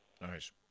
Nice